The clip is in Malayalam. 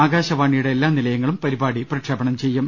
ആകാശവാണിയുടെ എല്ലാ നിലയങ്ങളും പരിപാടി പ്രക്ഷേപണം ചെയ്യും